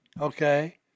okay